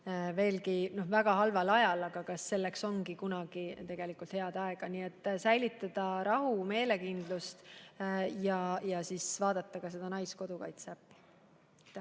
väga halval ajal. Aga kas selleks ongi kunagi tegelikult head aega? Nii et tuleb säilitada rahu ja meelekindlust ja vaadata seda Naiskodukaitse äppi.